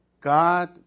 God